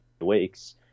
weeks